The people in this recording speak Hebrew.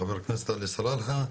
לחבר הכנסת עלי סלאלחה,